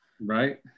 Right